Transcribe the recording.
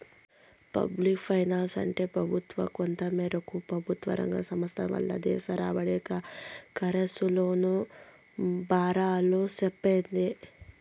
public ఫైనాన్సంటే పెబుత్వ, కొంతమేరకు పెబుత్వరంగ సంస్థల వల్ల దేశం రాబడి, కర్సు, లోన్ల బారాలు సెప్పేదే